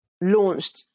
launched